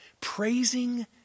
praising